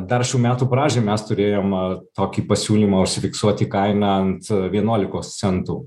dar šių metų pradžioj mes turėjom tokį pasiūlymą užfiksuoti kainą ant vienuolikos centų